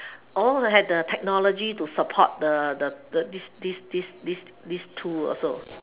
all had the technology to support the the the this this this this this tool also